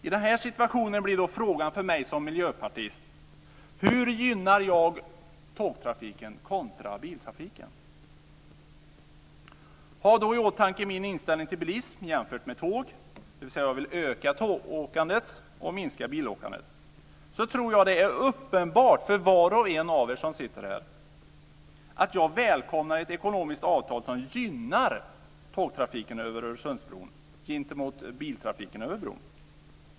I den här situationen blir frågan för mig som miljöpartist: Hur gynnar jag tågtrafiken kontra biltrafiken? Då får man ha min inställning till bilismen jämfört med tåg i åtanke. Jag vill öka tågåkandet och minska bilåkandet. Jag tror att det är uppenbart för var och en av er som sitter här att jag välkomnar ett ekonomiskt avtal som gynnar tågtrafiken över Öresundsbron gentemot biltrafiken över bron.